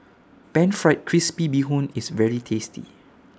Pan Fried Crispy Bee Hoon IS very tasty